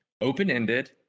open-ended